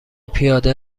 پیاده